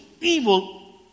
evil